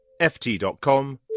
ft.com